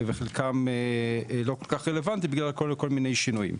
וחלקם לא כול כך רלוונטי בגלל כל מיני שינויים.